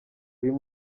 uyu